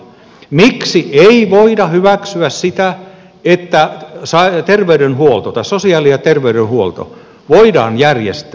miksi ei voida hyväksyä sitä että sosiaali ja terveydenhuolto voidaan järjestää maakuntatasolla